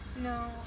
no